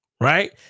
right